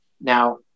Now